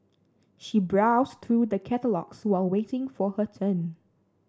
she browsed through the catalogues while waiting for her turn